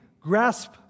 grasp